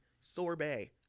sorbet